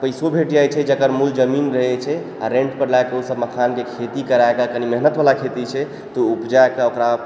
पैसो भेट जाइ छै जकर मूल जमीन रहै छै आ रेंट पर लए कऽ ओ सब मखान के खेती कराए कऽ कनी मेहनत बला खेती छै तऽ उपजाए कऽ ओकरा